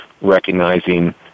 recognizing